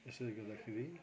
यसले गर्दाखेरि